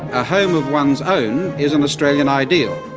a home of one's own is an australian ideal.